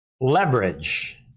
leverage